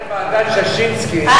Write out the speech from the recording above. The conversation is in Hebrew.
אחרי ועדת-ששינסקי,